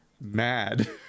mad